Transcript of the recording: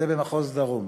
זה במחוז דרום.